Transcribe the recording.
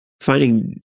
finding